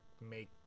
make